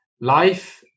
life